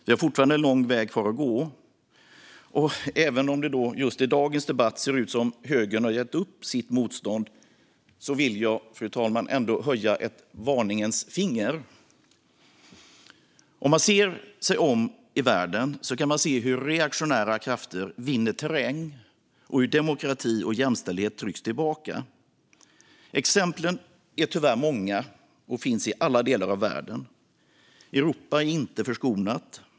Vi har fortfarande en lång väg kvar att gå. Även om det just i dagens debatt ser ut som att högern har gett upp sitt motstånd vill jag, fru talman, ändå höja ett varningens finger. Om man ser sig om i världen kan man se hur reaktionära krafter vinner terräng och hur demokrati och jämställdhet trycks tillbaka. Exemplen är tyvärr många och finns i alla delar av världen. Europa är inte förskonat.